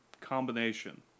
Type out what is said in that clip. Combination